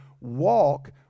walk